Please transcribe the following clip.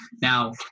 Now